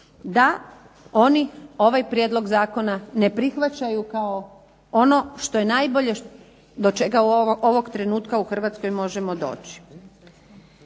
da oni ovaj prijedlog zakona ne prihvaćaju kao ono što je najbolje do čega ovog trenutka u Hrvatskoj možemo doći.